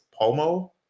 Pomo